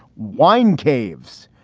why in caves?